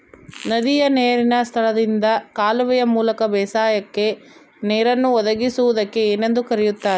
ನದಿಯ ನೇರಿನ ಸ್ಥಳದಿಂದ ಕಾಲುವೆಯ ಮೂಲಕ ಬೇಸಾಯಕ್ಕೆ ನೇರನ್ನು ಒದಗಿಸುವುದಕ್ಕೆ ಏನೆಂದು ಕರೆಯುತ್ತಾರೆ?